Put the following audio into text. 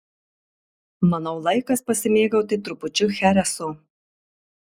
manau laikas pasimėgauti trupučiu chereso